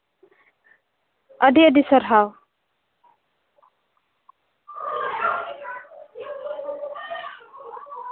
ᱟᱹᱰᱤ ᱟᱹᱰᱤ ᱥᱟᱨᱦᱟᱣ